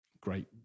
great